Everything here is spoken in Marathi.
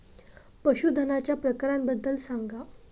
पशूधनाच्या प्रकारांबद्दल सांगा